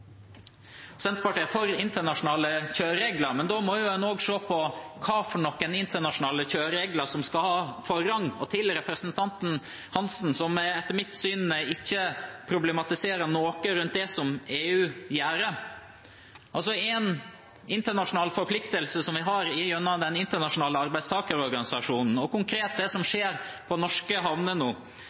Senterpartiet er for internasjonale kjøreregler, men da må en også se på hvilke internasjonale kjøreregler som skal ha forrang. Til representanten Hansen, som etter mitt syn ikke problematiserer noe rundt det som EU gjør: En internasjonal forpliktelse vi har, er gjennom Den internasjonale arbeidstakerorganisasjonen og det som konkret skjer på norske havner nå,